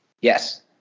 Yes